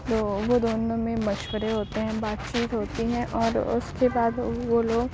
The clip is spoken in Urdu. تو وہ دونوں میں مشورے ہوتے ہیں بات چیت ہوتی ہے اور اس کے بعد وہ لوگ